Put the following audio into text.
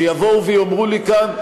שיבואו ויאמרו לי כאן,